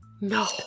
no